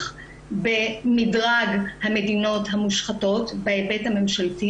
במדרג המדינות המושחתות בהיבט הממשלתי